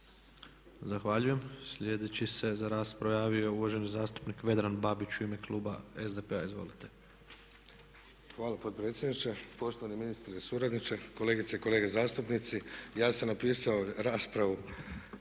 Zahvaljujem. Sljedeći se za raspravu javio uvaženi zastupnik Vedran Babić u ime kluba SDP-a. Izvolite. **Babić, Vedran (SDP)** Hvala potpredsjedniče, poštovani ministre i suradniče, kolegice i kolege zastupnici. Ja sam napisao raspravu,